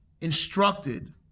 instructed